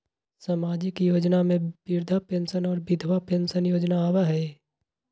सामाजिक योजना में वृद्धा पेंसन और विधवा पेंसन योजना आबह ई?